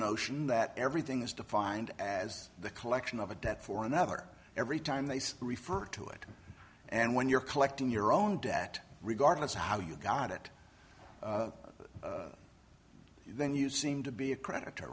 notion that everything is defined as the collection of a debt for another every time they refer to it and when you're collecting your own debt regardless of how you got it then you seem to be a credit